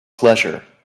pleasure